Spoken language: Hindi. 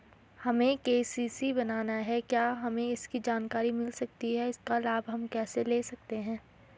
हमें के.सी.सी बनाना है क्या हमें इसकी जानकारी मिल सकती है इसका लाभ हम कैसे ले सकते हैं?